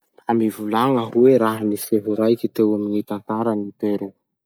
Mba mivolagna hoe raha-niseho raiky teo amy gny tantaran'i Perou?